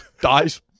dies